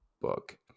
book